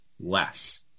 less